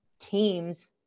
teams